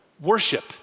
Worship